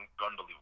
Unbelievable